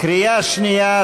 קריאה שנייה,